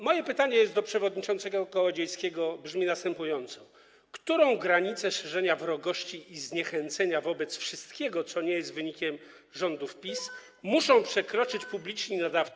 Moje pytanie do przewodniczącego Kołodziejskiego brzmi następująco: Którą granicę w szerzeniu wrogości i zniechęcenia wobec wszystkiego, co nie jest wynikiem rządów PiS, muszą przekroczyć publiczni nadawcy.